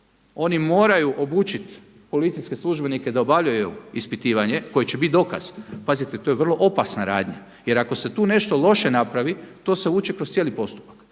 Oni moraju obučit policijske službenike da obavljaju ispitivanje koje će bit dokaz. Pazite, to je vrlo opasna radnja. Jer ako se tu nešto loše napravi to se vuče kroz cijeli postupak.